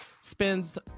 spends